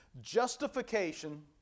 justification